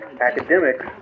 academics